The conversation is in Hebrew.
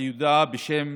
הידועה בשם